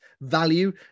value